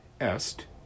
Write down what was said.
est